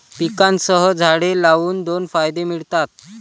पिकांसह झाडे लावून दोन फायदे मिळतात